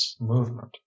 movement